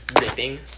ripping